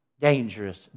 Dangerous